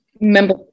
Member